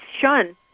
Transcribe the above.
shun